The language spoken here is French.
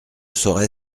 saurai